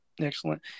Excellent